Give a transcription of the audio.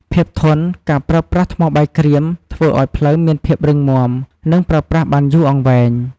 ភាពធន់ ការប្រើប្រាស់ថ្មបាយក្រៀមធ្វើឲ្យផ្លូវមានភាពរឹងមាំ និងប្រើប្រាស់បានយូរអង្វែង។